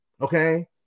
okay